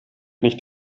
nicht